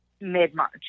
mid-March